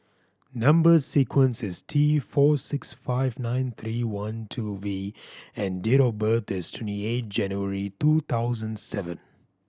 number sequence is T four six five nine three one two V and date of birth is twenty eight January two thousand seven